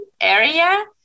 area